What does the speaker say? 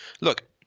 Look